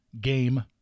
game